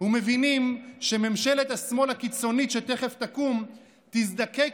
ומבינים שממשלת השמאל הקיצונית שתכף תקום תזדקק